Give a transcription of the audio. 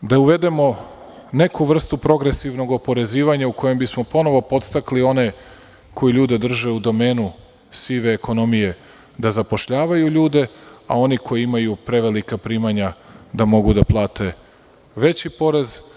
da uvedemo neku vrstu progresivnog oporezivanja u kojem bismo ponovo podstakli one koji ljude drže u domenu sive ekonomije da zapošljavaju ljude, a oni koji imaju prevelika primanja da mogu da plate veći porez.